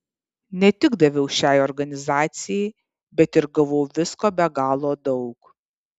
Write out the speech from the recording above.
ne tik daviau šiai organizacijai bet ir gavau visko be galo daug